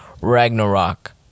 ragnarok